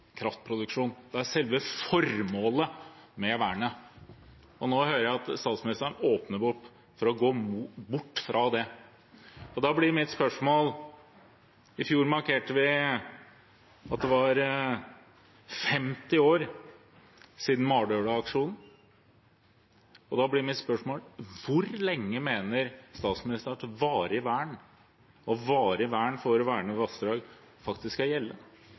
kraftproduksjon, det er selve formålet med vernet. Nå hører jeg at statsministeren åpner opp for å gå bort fra det. I fjor markerte vi at det var 50 år siden Mardøla-aksjonen. Da blir mitt spørsmål: Hvor lenge mener statsministeren at varig vern, varig vern for å verne vassdrag, faktisk skal gjelde?